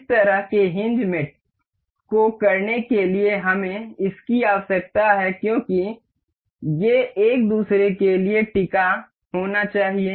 इस तरह के हिन्ज मेट को करने के लिए हमें इसकी आवश्यकता है क्योंकि ये एक दूसरे के लिए टिका होना चाहिए